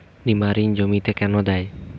নিমারিন জমিতে কেন দেয়?